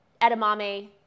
edamame